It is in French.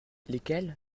lesquels